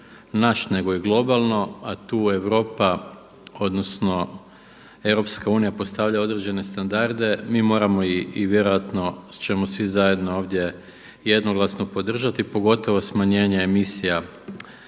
nego i globalno a tu Europa odnosno EU postavlja određene standarde mi moramo i vjerojatno ćemo svi zajedno ovdje jednoglasno podržati pogotovo smanjenje emisija